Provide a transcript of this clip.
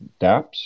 dApps